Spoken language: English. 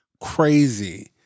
crazy